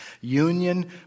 Union